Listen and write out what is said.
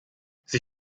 sie